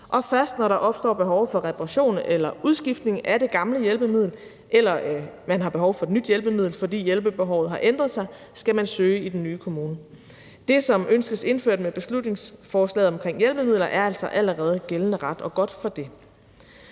og først når der opstår behov for reparation eller udskiftning af det gamle hjælpemiddel eller man får behov for et nyt hjælpemiddel, fordi hjælpebehovet har ændret sig, skal man søge om det i den nye kommune. Det, som ønskes indført med beslutningsforslaget omkring hjælpemidler, er altså allerede gældende ret, og godt for det.